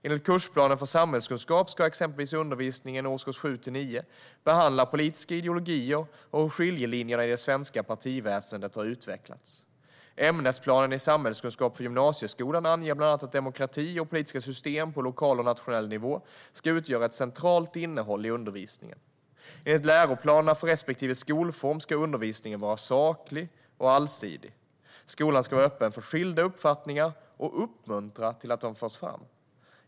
Enligt kursplanen för samhällskunskap ska exempelvis undervisningen i årskurs 7-9 behandla politiska ideologier och hur skiljelinjerna i det svenska partiväsendet har utvecklats. Ämnesplanen i samhällskunskap för gymnasieskolan anger bland annat att demokrati och politiska system på lokal och nationell nivå ska utgöra ett centralt innehåll i undervisningen. Enligt läroplanerna för respektive skolform ska undervisningen vara saklig och allsidig. Skolan ska vara öppen för skilda uppfattningar och uppmuntra att de förs fram.